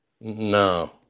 No